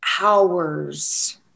hours